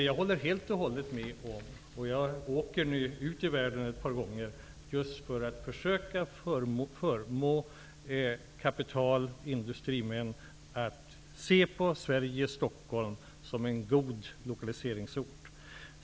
Jag åker nu ut i världen ett par gånger just för att förmå industrimän att se på Sverige och Stockholm som en god lokaliseringsort.